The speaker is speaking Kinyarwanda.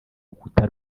rukuta